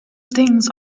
things